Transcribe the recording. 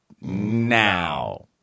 now